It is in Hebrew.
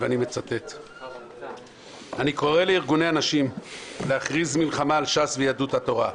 ואני מצטט: "אני קורא לארגוני הנשים להכריז מלחמה על ש"ס ויהדות התורה.